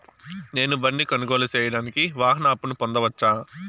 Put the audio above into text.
నేను బండి కొనుగోలు సేయడానికి వాహన అప్పును పొందవచ్చా?